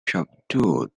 subdued